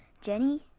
Jenny